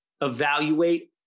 Evaluate